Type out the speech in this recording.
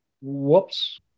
Whoops